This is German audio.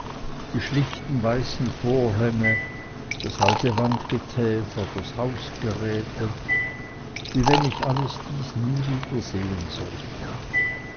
die schlichten weißen vorhänge das alte wandgetäfer das hausgeräte wie wenn ich alles dies nie wiedersehen sollte